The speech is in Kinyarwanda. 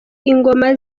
ingoma